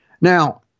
Now